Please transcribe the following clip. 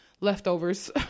leftovers